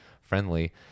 friendly